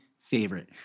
favorite